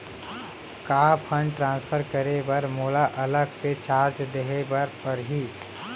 का fund transfer करे बर मोला अलग से चार्ज देहे बर परही?